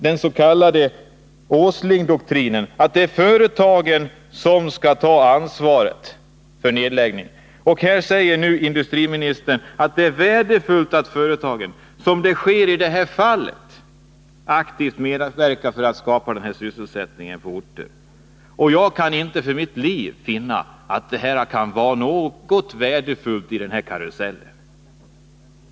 Den s.k. Åslingdoktrinen betyder att företagen skall ta ansvaret för nedläggningar, och här säger industriministern att det är värdefullt att företagen, som det sker i detta fall, aktivt medverkar för att skapa sysselsättning på orten. Jag kan inte för mitt liv finna att det kan vara något värdefullt i den här karusellen.